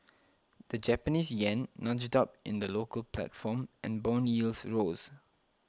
the Japanese yen nudged up in the local platform and bond yields rose